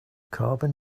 carbon